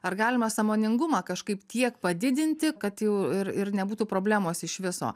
ar galima sąmoningumą kažkaip tiek padidinti kad jau ir ir nebūtų problemos iš viso